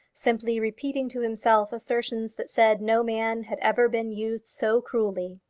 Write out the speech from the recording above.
simply repeating to himself assertions that said no man had ever been used so cruelly.